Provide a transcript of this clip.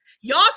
y'all